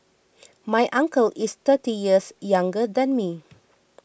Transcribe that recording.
my uncle is thirty years younger than me